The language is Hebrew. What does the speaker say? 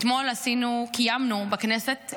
אתמול קיימנו בכנסת,